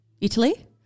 Italy